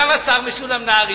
גם השר משולם נהרי,